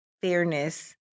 fairness